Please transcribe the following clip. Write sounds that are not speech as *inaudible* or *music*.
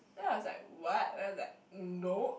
then I was like what then I was like *noise* no